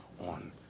on